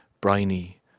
briny